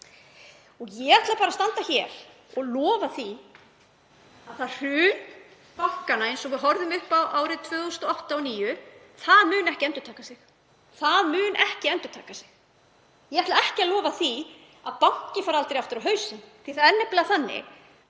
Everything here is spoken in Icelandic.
Ég ætla bara að standa hér og lofa því að hrun bankanna eins og við horfðum upp á árin 2008 og 2009 muni ekki endurtaka sig. Það mun ekki endurtaka sig. Ég ætla ekki að lofa því að banki fari aldrei aftur á hausinn því að í bankarekstri